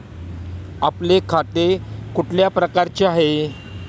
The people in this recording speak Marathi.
आपले खाते कुठल्या प्रकारचे आहे?